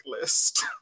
list